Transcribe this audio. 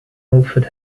milford